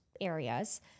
areas